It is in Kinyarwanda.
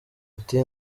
ati